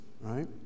right